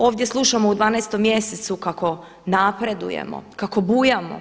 Ovdje slušamo u 12. mjesecu kako napredujemo, kako bujamo.